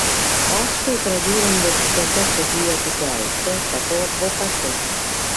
paskui pradėjau universitete studijuoti teisę tapau advokatu